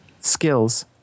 skills